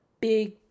big